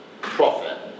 profit